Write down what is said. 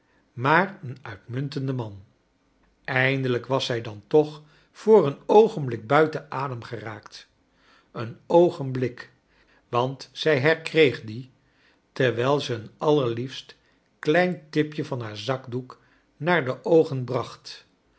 maar een uitmuntende man i eindelijk was zij dan toch voor een oogenblik buiten adem geraakt een oogenblik want zij herkreeg dien terwijl ze een allerliefst klein tipje van haar zakdoek naar de oogen bracht